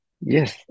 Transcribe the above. Yes